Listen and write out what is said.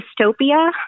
dystopia